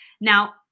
Now